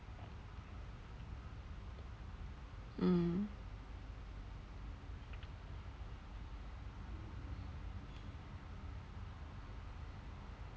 um